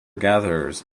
gatherers